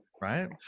Right